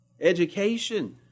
education